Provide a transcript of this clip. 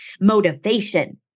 motivation